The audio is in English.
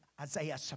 Isaiah